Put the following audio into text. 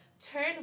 turn